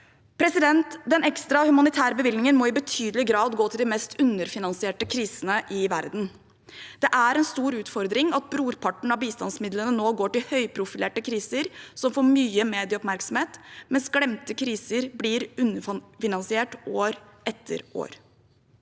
tjener. Den ekstra humanitære bevilgningen må i betydelig grad gå til de mest underfinansierte krisene i verden. Det er en stor utfordring at brorparten av bistandsmidlene nå går til høyprofilerte kriser som får mye medieoppmerksomhet, mens glemte kriser blir underfinansiert år etter år.